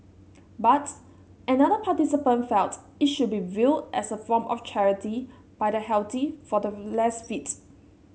but another participant felt it should be viewed as a form of charity by the healthy for the less fits